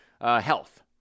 health